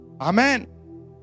Amen